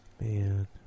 Man